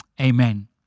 amen